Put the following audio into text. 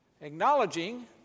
acknowledging